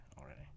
already